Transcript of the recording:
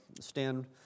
stand